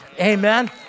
Amen